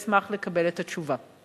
ואשמח לקבל את התשובה.